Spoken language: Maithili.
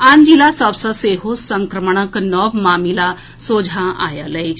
आन जिला सभ सॅ सेहो संक्रमणक नव मामिला सोझा आयल अछि